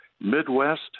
Midwest